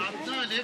בבקשה.